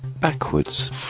backwards